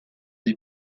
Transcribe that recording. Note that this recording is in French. des